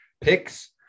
picks